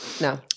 No